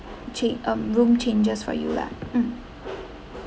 change um room changes for you lah mm